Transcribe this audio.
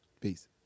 Peace